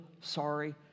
sorry